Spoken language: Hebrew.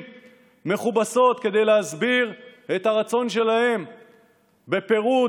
מכובסות כדי להסביר את הרצון שלהם בפירוד,